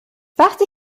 وقتی